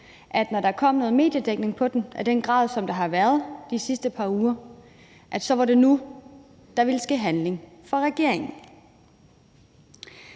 at når der kom noget mediedækning på det i den grad, som der har været de sidste par uger, var det nu, der ville ske handling fra regeringen.